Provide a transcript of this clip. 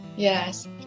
Yes